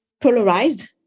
polarized